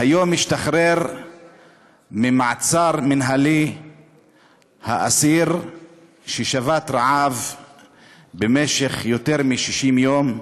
היום משתחרר ממעצר מינהלי האסיר ששבת רעב במשך יותר מ-60 יום,